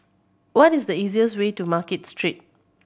what is the easiest way to Market Street